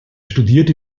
studierte